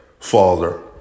father